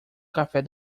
café